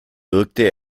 wirkte